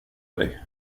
dig